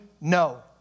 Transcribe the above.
no